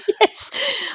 Yes